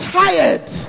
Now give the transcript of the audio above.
tired